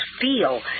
feel